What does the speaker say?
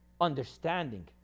understanding